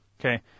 Okay